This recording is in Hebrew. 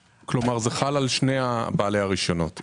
כלומר, זה חל על שני בעלי הרישיונות.